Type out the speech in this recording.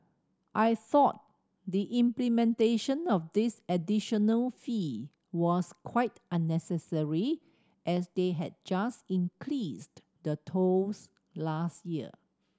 I thought the implementation of this additional fee was quite unnecessary as they had just increased the tolls last year